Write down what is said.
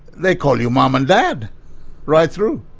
they call you mum and dad right through.